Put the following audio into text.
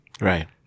Right